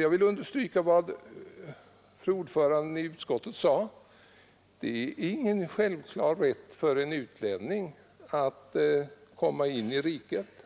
Jag vill understryka vad fru ordföranden i utskottet sade: Det är ingen självklar rätt för en utlänning att komma in i riket.